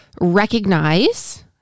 recognize